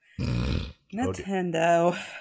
Nintendo